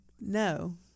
no